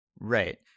right